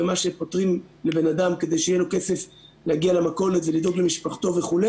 ומה שפוטרים מבן אדם כדי שיהיה כסף להגיע למכולת ולדאוג למשפחתו וכו',